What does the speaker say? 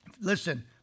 listen